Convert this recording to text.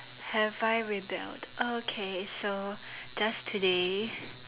have I rebelled okay so just today